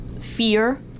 fear